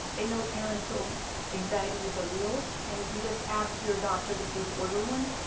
they know parental anxieties are real, and if you just ask your doctor to please order one,